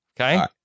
Okay